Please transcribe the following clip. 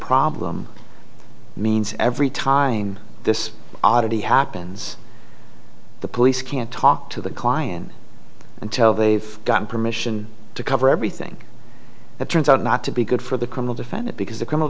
problem means every time this oddity happens the police can't talk to the client until they've gotten permission to cover everything it turns out not to be good for the criminal defendant because the crim